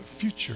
future